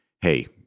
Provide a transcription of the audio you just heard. hey